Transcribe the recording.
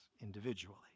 individually